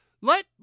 Let